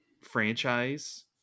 franchise